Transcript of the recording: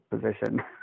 position